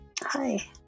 Hi